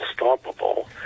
unstoppable